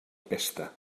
pesta